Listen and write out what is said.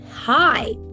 Hi